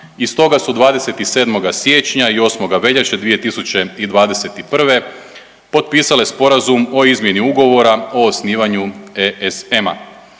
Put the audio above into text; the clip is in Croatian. i stoga su 27. siječnja i 8. veljače 2021. potpisale Sporazum o izmjeni Ugovora o osnivanju ESM-a.